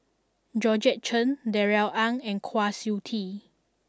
Georgette Chen Darrell Ang and Kwa Siew Tee